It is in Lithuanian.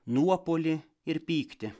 nuopuolį ir pyktį